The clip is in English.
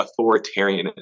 authoritarianism